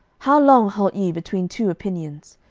how long halt ye between two opinions?